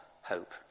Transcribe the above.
hope